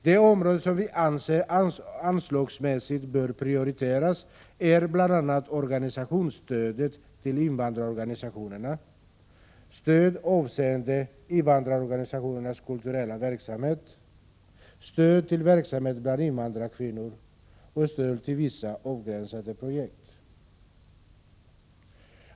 De områden som vi anser anslagsmässigt bör prioriteras är bl.a. organisationsstödet till invandrarorganisationerna, stöd avseende invandrarorganisationernas kulturella verksamhet, stöd till verksamhet bland invandrarkvinnor och stöd till vissa avgränsade projekt.